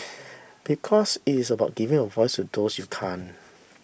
because it is about giving a voice to those you can't